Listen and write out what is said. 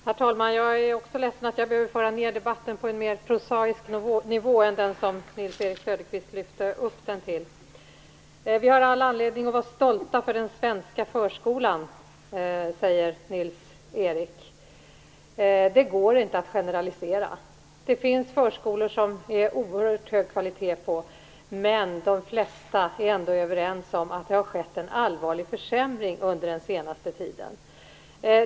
Herr talman! Jag är också ledsen att jag behöver föra ned debatten på en mer prosaisk nivå än den som Vi har all anledning att vara stolta över den svenska förskolan, säger Nils-Erik Söderqvist. Det går inte att generalisera. Det finns förskolor som har oerhört hög kvalitet. Men de flesta är ändå överens om att det har skett en allvarlig försämring under den senaste tiden.